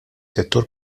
settur